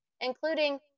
including